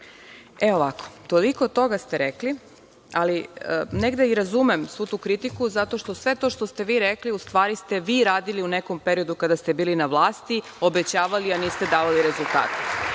Evo, ovako. Toliko toga ste rekli, ali negde i razumem svu tu kritiku, zato što sve to što ste vi rekli u stvari ste vi radili u nekom periodu kada ste bili na vlasti, obećavali, a niste davali rezultate. Svaka